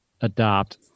adopt